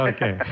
Okay